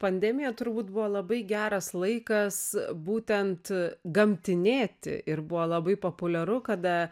pandemija turbūt buvo labai geras laikas būtent gamtinėti ir buvo labai populiaru kada